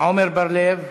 עמר בר-לב.